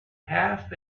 half